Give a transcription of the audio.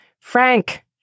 Frank